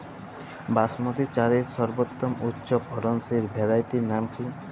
বাসমতী চালের সর্বোত্তম উচ্চ ফলনশীল ভ্যারাইটির নাম কি?